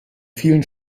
vielen